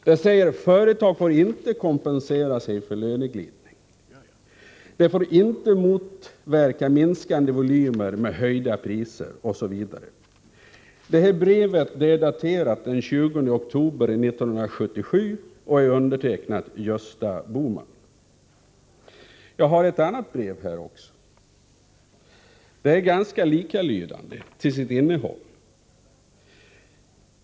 Det sägs att företag inte får kompensera sig för löneglidning och inte motverka minskande volymer med höjda priser, osv. Det här brevet är daterat den 20 oktober 1977 och undertecknat ”Gösta Bohman”. Jag har också ett annat brev här. Det är ganska lika till innehållet.